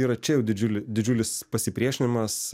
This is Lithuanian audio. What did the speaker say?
yra čia jau didžiulis didžiulis pasipriešinimas